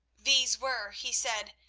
these were, he said,